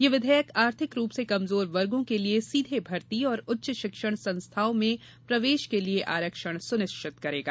यह विधेयक आर्थिक रूप से कमजोर वर्गों के लिए सीधे भर्ती और उच्च शिक्षण संस्थानों में प्रवेश के लिए आरक्षण सुनिश्चित करेगा